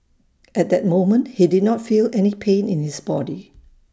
at that moment he did not feel any pain in his body